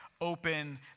open